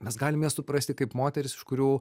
mes galim jas suprasti kaip moteris iš kurių